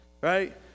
right